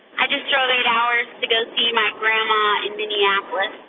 i just drove eight hours to go see my grandma in minneapolis.